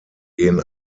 gehen